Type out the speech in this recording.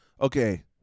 Okay